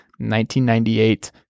1998